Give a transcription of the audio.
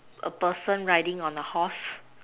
a person riding on a horse